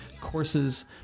courses